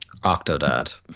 Octodad